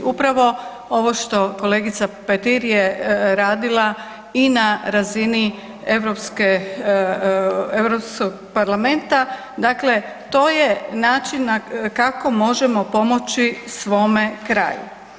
Upravo ovo što kolegica Petir je radila i na razini Europskog parlamenta, dakle to je način kako možemo pomoći svome kraju.